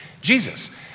Jesus